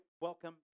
welcome